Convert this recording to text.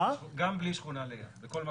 גם בלי שכונה ליד, בכל מקום.